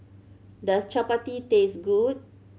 does chappati taste good